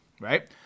right